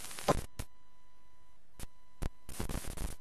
נותן מיליון וחצי, בוודאי כולם חוגגים.